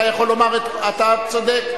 אתה יכול לומר את, אתה צודק.